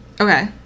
Okay